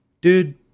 dude